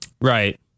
Right